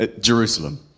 Jerusalem